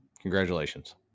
Congratulations